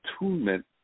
attunement